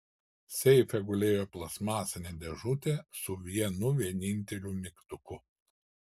seife gulėjo plastmasinė dėžutė su vienu vieninteliu mygtuku